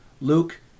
Luke